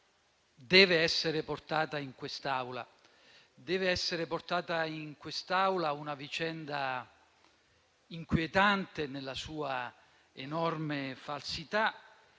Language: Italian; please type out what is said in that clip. Deve essere portata in quest'Aula una vicenda, inquietante nella sua enorme falsità,